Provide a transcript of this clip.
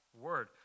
word